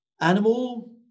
Animal